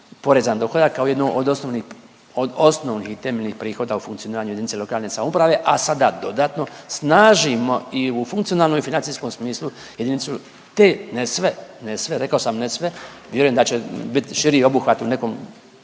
poreza na dohodak kao jednu od osnovnih, od osnovnih i temeljnih prihoda u funkcioniranju JLS, a sada dodatno, snažimo i u funkcionalnom i u financijskom smislu jedinicu, te, ne sve, ne sve, rekao sam ne sve, vjerujem da će biti širi obuhvat u nekom